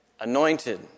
anointed